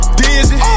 dizzy